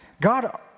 God